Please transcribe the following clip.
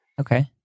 Okay